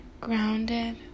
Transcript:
grounded